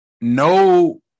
No